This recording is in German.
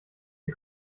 sie